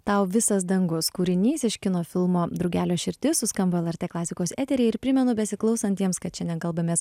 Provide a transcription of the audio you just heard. tau visas dangus kūrinys iš kino filmo drugelio širdis suskambo lrt klasikos eteryje ir primenu besiklausantiems kad šiandien kalbamės